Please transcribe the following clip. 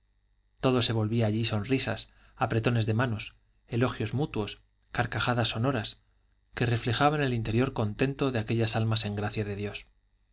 todo se volvía allí sonrisas apretones de manos elogios mutuos carcajadas sonoras que reflejaban el interior contento de aquellas almas en gracia de dios